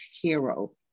hero